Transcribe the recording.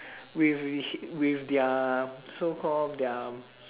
with wi~ with their so call their